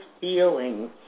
feelings